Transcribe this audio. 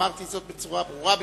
אמרתי זאת בצורה הברורה ביותר.